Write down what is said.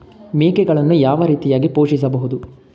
ಮೇಕೆಗಳನ್ನು ಯಾವ ರೀತಿಯಾಗಿ ಪೋಷಿಸಬಹುದು?